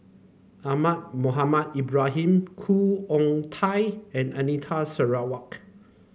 Ahmad Mohamed Ibrahim Khoo Oon Teik and Anita Sarawak